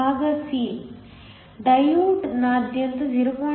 ಭಾಗ C ಡಯೋಡ್ನಾದ್ಯಂತ 0